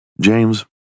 James